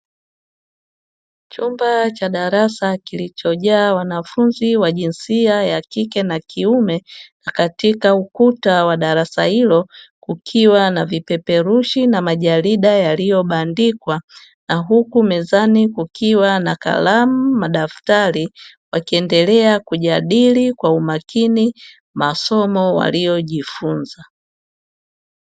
Chumba cha darasa kulichojaa wanafunzi wa jinsia ya kike na kiume na katika ukuta wa darasa hilo kukiwa na vipeperushi na majarida yaliyobandikwa; na huku mezani kukiwa na kalamu madaftari, wakiendelea kujadili kwa umakini masomo waliyojifunza.